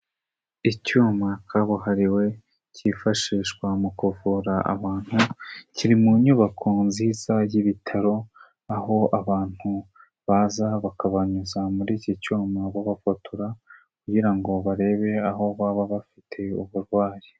Icyuma kabuhariwe kifashishwa mu kuvura abantu kiri mu nyubako nziza y'ibitaro, aho abantu baza bakabanyuza muri iki cyuma babafotora kugira ngo barebe aho baba bafite uburwayi.